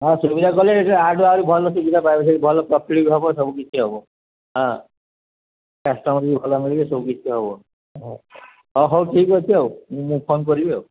ହଁ ସୁବିଧା କଲେ ଆଠୁ ଆହୁରି ଭଲ ସୁବିଧା ପାଇବେ ଭଲ ପ୍ରଫିଟ୍ ବି ହବ ସବୁ କିଛି ହବ ହଁ କଷ୍ଟମର୍ ବି ଭଲ ମିଳିବେ ସବୁକିଛି ହବ ହଉ ହଉ ଠିକ୍ ଅଛି ଆଉ ମୁଁ ମୁଁ ଫୋନ୍ କରିବି ଆଉ